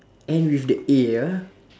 end with the A ah